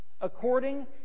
according